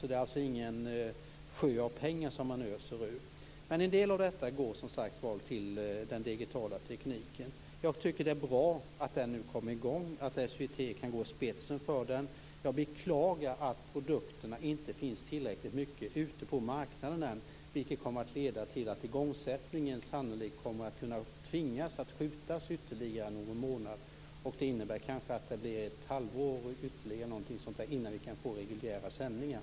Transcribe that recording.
Det är alltså ingen sjö av pengar som man öser ur. En del av detta går, som sagt var, till den digitala tekniken. Jag tycker att det är bra att den nu kommer i gång, att SVT kan gå i spetsen för den. Jag beklagar att produkterna inte finns ute på marknaden i tillräcklig omfattning ännu, vilket kommer att leda till att igångsättningen sannolikt kan komma att tvingas skjutas upp ytterligare någon månad. Det innebär kanske ett halvår ytterligare innan vi kan få reguljära sändningar.